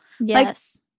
Yes